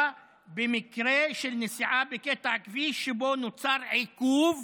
במקרה של נסיעה בקטע כביש שבו נוצר עיכוב